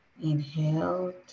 Inhale